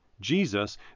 Jesus